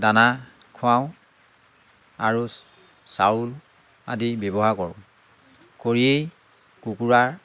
দানা খুৱাওঁ আৰু চাউল আদি ব্যৱহাৰ কৰোঁ কৰি কুকুৰাৰ